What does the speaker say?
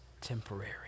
temporary